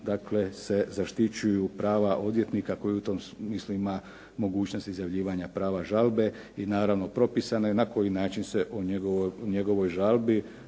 dakle se zaštićuju prava odvjetnika koji u tom smislu ima mogućnost izjavljivanja prava žalbe i naravno propisane na koji način se u njegovoj žalbi